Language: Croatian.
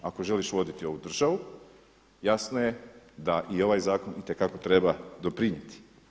Ako želiš voditi ovu državu jasno je da i ovaj zakon itekako treba doprinijeti.